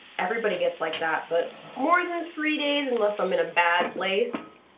everybody gets like that, but more than three days, unless i'm in a bad place,